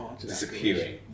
disappearing